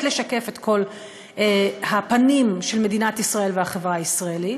לשקף את כל הפנים של מדינת ישראל והחברה הישראלית,